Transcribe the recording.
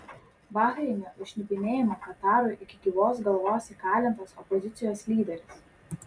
bahreine už šnipinėjimą katarui iki gyvos galvos įkalintas opozicijos lyderis